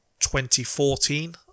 2014